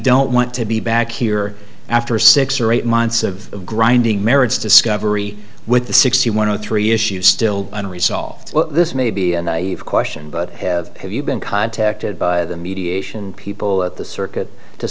don't want to be back here after six or eight months of grinding merits discovery with the sixty one or three issues still unresolved this may be a naive question but have have you been contacted by the mediation people at the circuit to